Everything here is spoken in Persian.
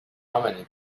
امنه